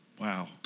wow